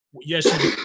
Yes